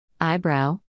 eyebrow